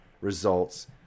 results